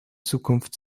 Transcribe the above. zukunft